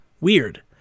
Weird